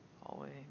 hallway